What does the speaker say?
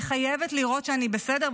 היא חייבת לראות שאני בסדר,